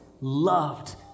loved